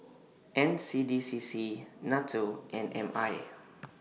N C D C C NATO and M I